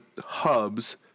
Hubs